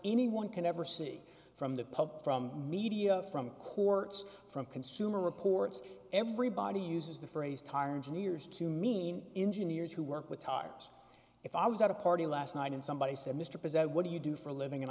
anyone can ever see from the public from media from courts from consumer reports everybody uses the phrase tyrants in the years to mean engineers who work with tires if i was at a party last night and somebody said mr president what do you do for a living and